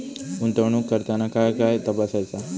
गुंतवणूक करताना काय काय तपासायच?